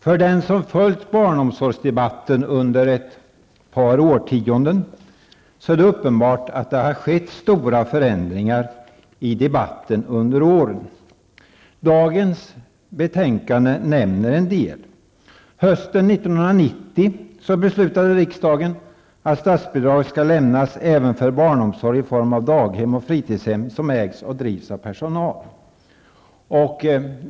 För den som följt barnomsorgsdebatten under ett par årtionden är det uppenbart att det under åren har skett stora förändringar i debatten. Dagens betänkande nämner en del. Riksdagen beslutade hösten 1990 att statsbidrag även skall lämnas för barnomsorg i form av daghem och fritidshem som ägs och drivs av personal.